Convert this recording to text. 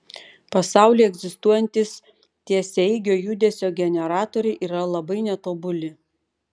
pasaulyje egzistuojantys tiesiaeigio judesio generatoriai yra labai netobuli